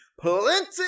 plenty